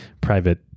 private